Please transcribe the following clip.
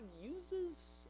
uses